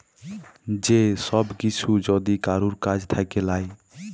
যে সব কিসু যদি কারুর কাজ থাক্যে লায়